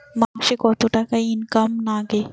মাসে কত টাকা ইনকাম নাগে?